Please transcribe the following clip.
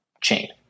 chain